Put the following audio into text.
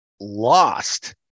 lost